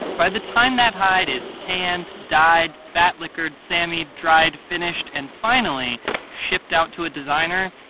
by the time that hide is tanned, dyed, fat-liquored, sammied, dried, finished and finally shipped out to a designer,